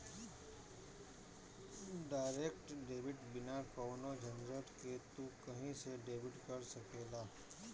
direct debit बिना कवनो झंझट के तू कही से डेबिट कर सकेला